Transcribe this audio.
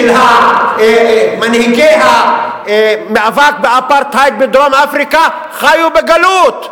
מנהיגי המאבק באפרטהייד בדרום-אפריקה חיו בגלות.